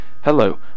Hello